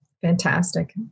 Fantastic